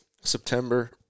september